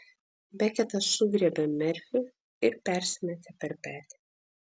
beketas sugriebė merfį ir persimetė per petį